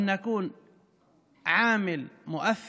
כיצד נפתח אותו?